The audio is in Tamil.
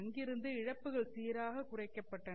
அங்கிருந்து இழப்புகள் சீராகக் குறைக்கப்பட்டன